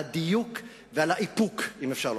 על הדיוק ועל האיפוק, אם אפשר לומר.